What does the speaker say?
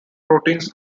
proteins